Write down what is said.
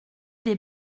des